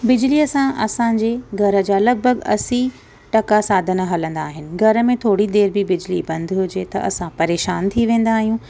बिजली सां असांजे घर जा लॻभॻि असीं टका साधन हलंदा आहिनि घर में थोरी देरि बि बिजली बंदि हुजे त असां परेशान थी वेंदा आहियूं